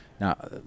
now